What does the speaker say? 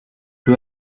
peu